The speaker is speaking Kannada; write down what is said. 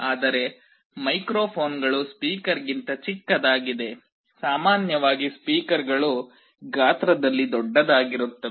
ಆದರೆ ಮೈಕ್ರೊಫೋನ್ಗಳು ಸ್ಪೀಕರ್ಗಿಂತ ಚಿಕ್ಕದಾಗಿದೆ ಸಾಮಾನ್ಯವಾಗಿ ಸ್ಪೀಕರ್ಗಳು ಗಾತ್ರದಲ್ಲಿ ದೊಡ್ಡದಾಗಿರುತ್ತವೆ